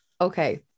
Okay